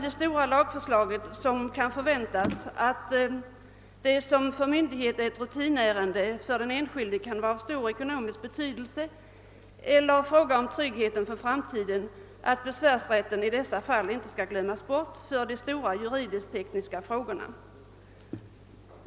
Det som för myndigheten är ett rutinärende kan för den enskilde vara av stor ekonomisk betydelse eller gälla tryggheten för framtiden. Jag hoppas att man i det lagförslag som kan förväntas inte glömmer detta för de stora juridisk-tekniska frågorna.